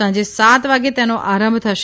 સાંજે સાત વાગે તેનો આરંભ થશે